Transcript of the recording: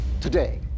Today